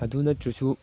ꯑꯗꯨ ꯅꯠꯇ꯭ꯔꯁꯨ